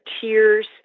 tears